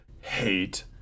Hate